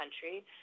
country